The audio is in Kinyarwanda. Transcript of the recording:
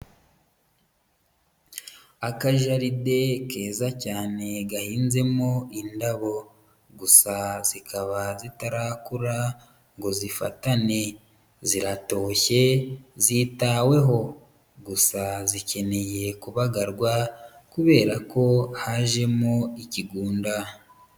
Akajaride keza cyane gahinzemo indabo gusa zikaba zitarakura ngo zifatane, ziratoshye, zitaweho gusa zikeneye kubagarwa kubera ko hajemo ikigunda.